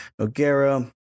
Nogueira